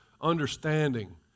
understanding